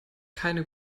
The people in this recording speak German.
keine